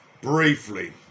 Briefly